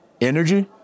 energy